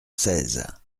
seize